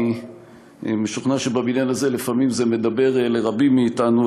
אני משוכנע שבבניין הזה לפעמים זה מדבר לרבים מאתנו,